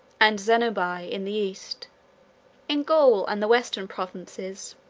and zenobia, in the east in gaul, and the western provinces,